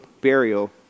burial